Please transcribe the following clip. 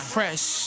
Fresh